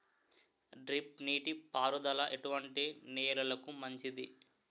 Drip నీటి పారుదల ఎటువంటి నెలలకు మంచిది?